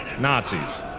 nazis.